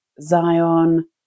Zion